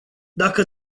dacă